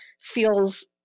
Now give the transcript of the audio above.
feels